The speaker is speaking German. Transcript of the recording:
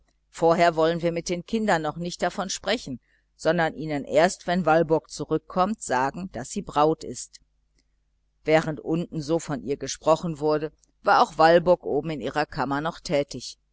vorher wollen wir mit den kindern noch nicht davon sprechen sondern ihnen erst wenn walburg zurückkommt sagen daß sie braut ist während unten so von ihr gesprochen wurde war auch walburg oben in ihrer kammer noch tätig